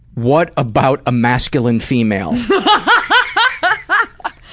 what about a masculine female? but